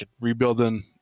rebuilding